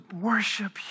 worship